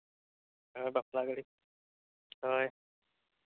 ᱵᱟᱯᱞᱟ ᱜᱟᱹᱲᱤ ᱦᱳᱭ